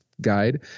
Guide